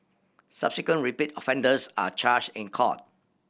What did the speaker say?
subsequent repeat offenders are charged in court